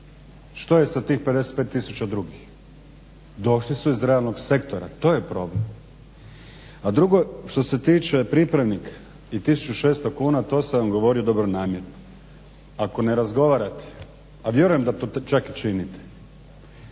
što je sa tih 375 tisuća drugih. Došli su iz ravnog sektora. To je problem. A drugo što se tiče pripravnika i 1600 kuna to sam vam govorio dobronamjerno. Ako ne razgovarate a vjerujem da to čak i činite.